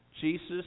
jesus